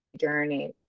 journey